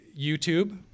YouTube